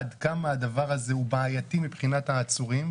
עד כמה הדבר הזה הוא בעייתי מבחינת העצורים,